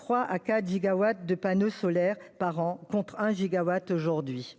3 à 4 gigawatts de panneaux solaires par an, contre 1 gigawatt aujourd'hui.